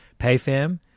PayFam